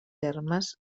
termes